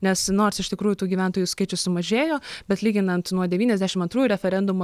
nes nors iš tikrųjų tų gyventojų skaičius sumažėjo bet lyginant nuo devyniasdešim antrųjų referendumo